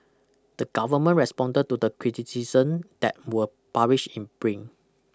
the government responded to the criticisms that were published in print